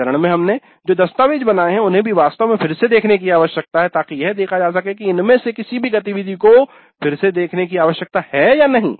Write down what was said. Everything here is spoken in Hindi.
इस चरण में हमने जो दस्तावेज़ बनाए हैं उन्हें भी वास्तव में फिर से देखने की आवश्यकता है ताकि यह देखा जा सके कि इनमें से किसी भी गतिविधि को फिर से देखने की आवश्यकता है या नहीं